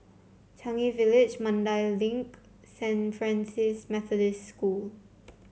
Changi Village Mandai Link Saint Francis Methodist School